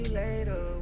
later